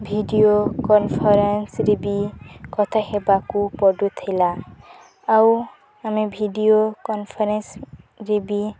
video କନ୍ଫରେନ୍ସ୍ରେ ବି କଥା ହେବାକୁ ପଡ଼ୁଥିଲା ଆଉ ଆମେ ଭିଡ଼ିଓ କନ୍ଫରେନ୍ସରେ ବି